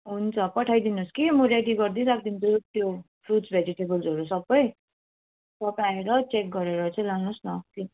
हुन्छ पठाइदिनुहोस कि म रेडी गरिदिई राखिदिन्छु त्यो फ्रुट्स भेजिटेबलहरू सबै तबै आएर चेक गरेर चाहिँ लानुहोस् न